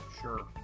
Sure